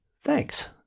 Thanks